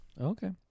Okay